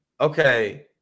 okay